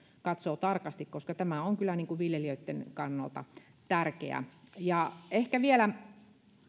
katsoo tarkasti koska tämä on kyllä viljelijöitten kannalta tärkeä ja ehkä vielä